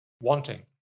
Wanting